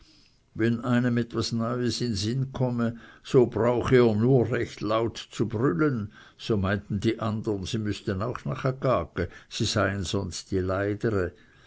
wenn einem etwas neues in sinn komme so brauche er nur recht laut zu brüllen so meinten die andern sie müßten auch nache gagge sie seien sonst die leidere